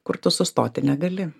kur tu sustoti negali